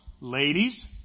ladies